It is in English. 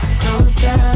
closer